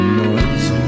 noise